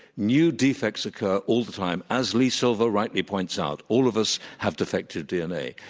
new defects occur all the time as lee silver rightly points out. all of us have defective dna.